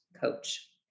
coach